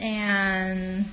and